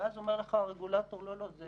ואז אומר לך הרגולטור: לא, לא, זה